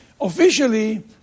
officially